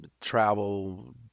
travel